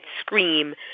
scream